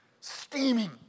Steaming